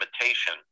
imitation